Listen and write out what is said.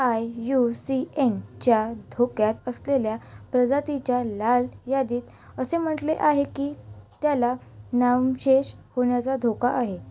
I U C एनच्या धोक्यात असलेल्या प्रजातीच्या लाल यादीत असे म्हटले आहे की त्याला नामशेष होण्याचा धोका आहे